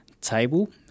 table